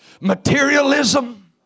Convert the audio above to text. materialism